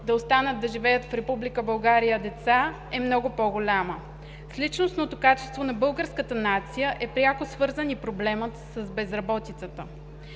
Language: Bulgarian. да останат да живеят в Република България деца е много по-голяма. С личностното качество на българската нация е пряко свързан и проблемът с безработицата.